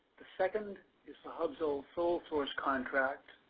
the second is the hubzone sole source contract.